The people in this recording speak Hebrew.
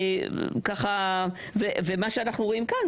מה שאנחנו רואים כאן,